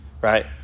right